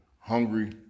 hungry